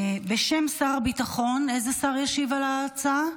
בשם שר הביטחון, איזה שר ישיב על ההצעה?